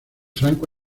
franco